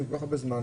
כל כך הרבה זמן,